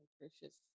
nutritious